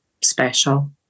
special